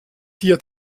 dir